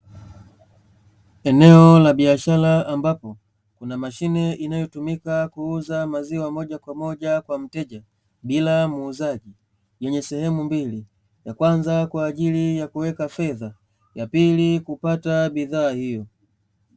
Eneo la biashara ambapo kuna mashine inayotumika kuuza maziwa moja kwa moja kwa mteja bila muuzaji, yenye sehemu mbili ya kwanza kwa ajili ya kuweka fedha, ya pili kupata bidhaa hiyo.